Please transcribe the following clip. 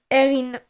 Erin